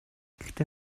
гэхдээ